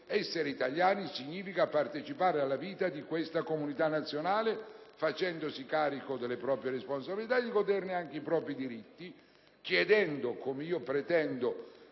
Essere italiani significa partecipare alla vita di questa comunità nazionale, facendosi carico delle proprie responsabilità e anche godendo dei propri diritti, chiedendo, come pretendo,